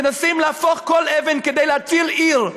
מנסים להפוך כל אבן כדי להציל עיר.